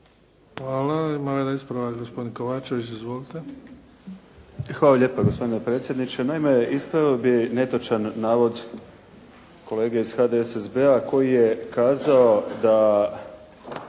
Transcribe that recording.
Hvala. Ispravak gospodin Kovačević. Izvolite. **Kovačević, Dragan (HDZ)** Hvala lijepa gospodine predsjedniče. Naime ispravio bih netočan navod kolege iz HDSSB-a koji je kazao da